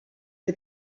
for